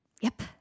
Yep